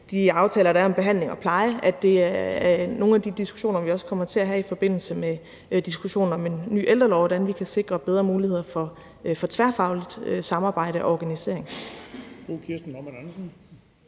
de aftaler, der er om behandling og pleje – vil nogle af de diskussioner, vi kommer til at have i forbindelse med diskussionen om en ny ældrelov, være, hvordan vi kan sikre bedre muligheder for tværfagligt samarbejde og organisering.